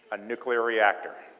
a nuclear reactor.